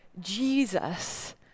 Jesus